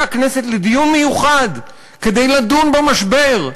הכנסת לדיון מיוחד כדי לדון במשבר,